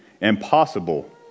impossible